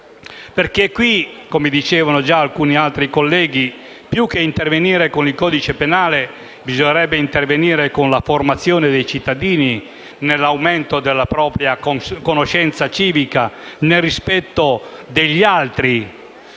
perché qui - come dicevano già alcuni colleghi - più che intervenire con il codice penale bisognerebbe intervenire con la formazione dei cittadini nell'accrescimento della propria conoscenza civica e nel rispetto degli altri